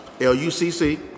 L-U-C-C